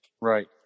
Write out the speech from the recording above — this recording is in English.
Right